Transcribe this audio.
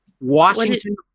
Washington